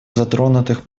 затронутых